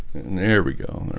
and there we go there,